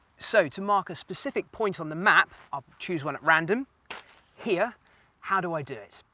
so, to mark specific point on the map i'll choose one at random here how do i do it?